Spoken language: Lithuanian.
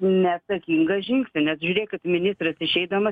neatsakingą žingsnį nes žiūrėkit ministras išeidamas